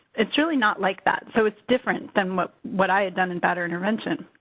it's really not like that. so, it's different than what what i had done in batterer intervention.